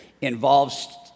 involves